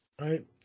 right